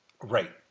Right